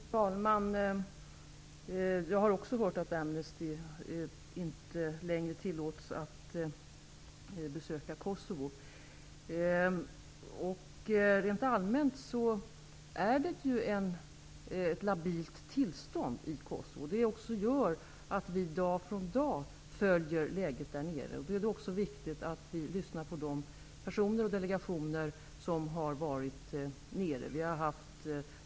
Fru talman! Jag har också hört att Amnesty inte längre tillåts att besöka Kosovo. Rent allmänt är det ett labilt tillstånd i Kosovo. Det gör att vi dag från dag följer läget. Det är också viktigt att vi lyssnar på de personer och delegationer som har varit där nere.